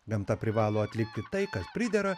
gamta privalo atlikti tai kas pridera